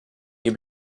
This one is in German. hier